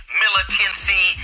militancy